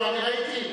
אני ראיתי.